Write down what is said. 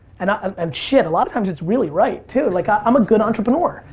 and um shit, a lot of times it's really right too, like um i'm a good entrepreneur,